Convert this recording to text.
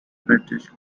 british